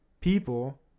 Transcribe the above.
people